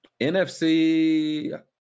NFC